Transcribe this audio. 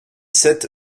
sept